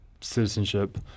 citizenship